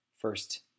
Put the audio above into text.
first